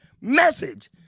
message